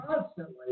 constantly